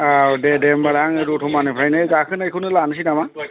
औ दे दे होनबालाय आङो दथ'मानिफ्रायनो गाखोनायखौनो लानोसै नामा